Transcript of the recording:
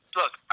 look